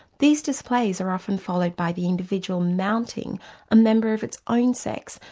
these displays are often followed by the individual mounting a member of its own sex,